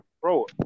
bro